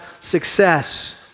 success